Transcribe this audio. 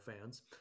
fans